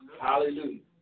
Hallelujah